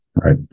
right